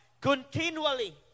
continually